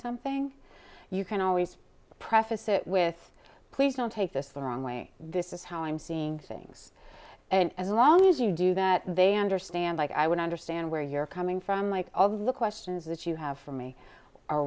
something you can always preface it with please don't take this the wrong way this is how i'm seeing things and as long as you do that they understand like i would understand where you're coming from like all the look weston's that you have for me are